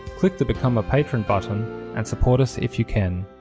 click the become a patron button and support us if you can.